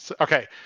Okay